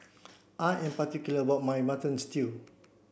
I am particular about my Mutton Stew